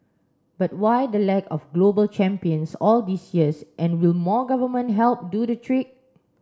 but why the lack of global champions all these years and will more government help do the trick